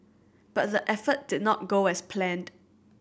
but the effort did not go as planned